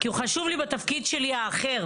כי הוא חשוב לי בתפקיד שלי האחר.